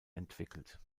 entwickelt